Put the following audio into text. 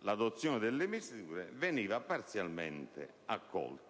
l'adozione delle misure, vi era un parziale accoglimento.